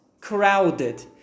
crowded